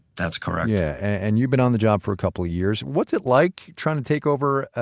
that's correct yeah and you've been on the job for a couple of years. what's it like trying to take over